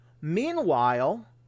Meanwhile